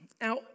Now